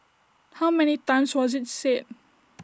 how many times was IT said